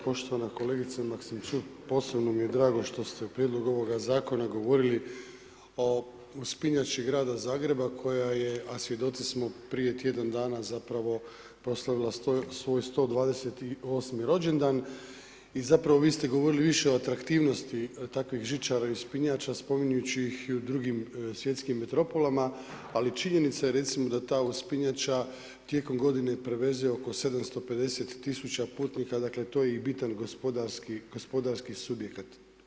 Poštovana kolegice Maksimčuk, posebno mi je drago što ste u prijedlogu ovog zakona govorili o uspinjača grada Zagreba koja je a svjedoci smo prije tjedan dana zapravo, proslavila svoj 128 rođendan i zapravo vi ste govorili više o atraktivnosti takvih žičara i uspinjača spominjući ih i drugim svjetskim metropolama ali činjenica je recimo, da ta uspinjača tijekom g. preveze oko 750 tisuća putnika, dakle, to je i bitan gospodarski subjekat.